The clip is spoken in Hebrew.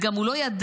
וגם הוא לא ידע,